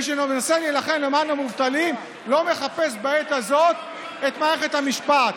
מי שמנסה להילחם למען המובטלים לא מחפש בעת הזאת את מערכת המשפט,